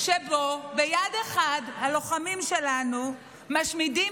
שבו ביד אחת הלוחמים שלנו משמידים